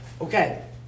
Okay